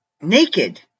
naked